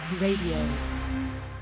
Radio